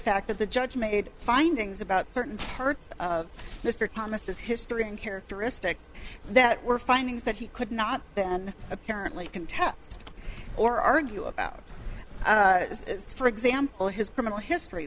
fact that the judge made findings about certain parts of mr thomas his history and characteristics that were findings that he could not then apparently contest or argue about this is for example his criminal history